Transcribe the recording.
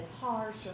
harsh